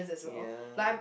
ya